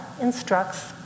instructs